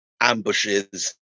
ambushes